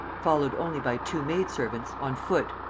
followed only by two maid-servants, on foot,